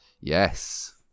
Yes